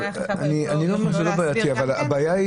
אני לא אומר שזה לא בעייתי אבל הבעיה היא